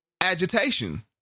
agitation